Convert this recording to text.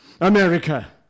America